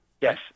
Yes